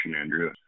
Andrew